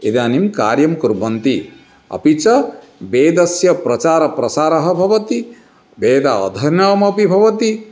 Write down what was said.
इदानीं कार्यं कुर्वन्ति अपि च वेदस्य प्रचारप्रसारः भवति वेद अध्ययनम् अपि भवति